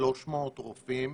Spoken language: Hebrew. כ-300 רופאים.